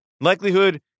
Likelihood